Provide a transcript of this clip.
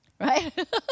Right